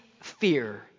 fear